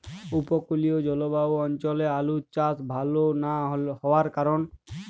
উপকূলীয় জলবায়ু অঞ্চলে আলুর চাষ ভাল না হওয়ার কারণ?